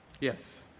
Yes